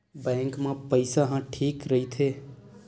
Bank मा पईसा ह ठीक राइथे?